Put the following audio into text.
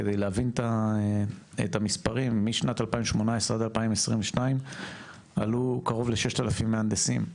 כדי להבין את המספרים: משנת 2018 עד 2022 עלו קרוב ל-6,000 מהנדסים,